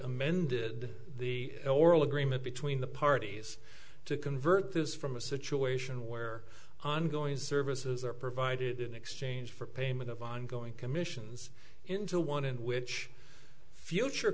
amended the oral agreement between the parties to convert this from a situation where ongoing services are provided in exchange for payment of ongoing commissions into one in which future